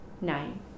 Nine